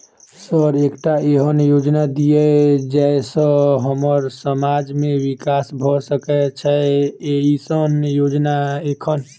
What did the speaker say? Sir एकटा एहन योजना दिय जै सऽ हम्मर समाज मे विकास भऽ सकै छैय एईसन योजना एखन?